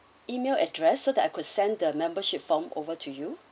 email address so that I could send the membership form over to you